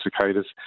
cicadas